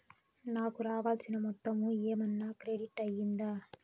నాకు రావాల్సిన మొత్తము ఏమన్నా క్రెడిట్ అయ్యిందా